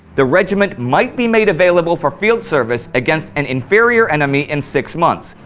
the regiment might be made available for field service against an inferior enemy in six months,